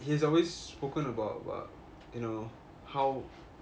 he's always spoken about about you know how